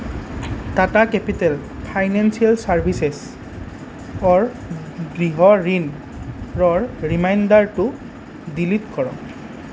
Tata capital financial ছাৰ্ভিচেছৰ গৃহ ঋণৰ ৰিমাইণ্ডাৰটো ডিলিট কৰক